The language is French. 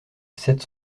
sept